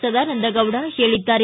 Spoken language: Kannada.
ಸದಾನಂದಗೌಡ ಹೇಳಿದ್ದಾರೆ